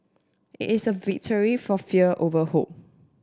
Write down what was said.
it is a victory for fear over hope